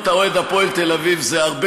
להיות אוהד "הפועל תל-אביב" זה הרבה